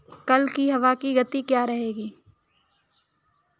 कल की हवा की गति क्या रहेगी?